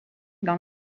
dans